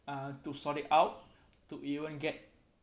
uh to sort it out to even get